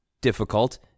difficult